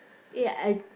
eh I